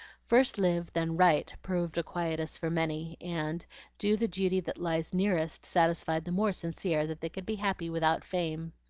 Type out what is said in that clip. first live, then write proved a quietus for many, and do the duty that lies nearest satisfied the more sincere that they could be happy without fame.